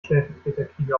stellvertreterkriege